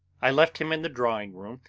i left him in the drawing-room,